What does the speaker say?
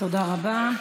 תודה רבה.